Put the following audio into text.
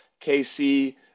KC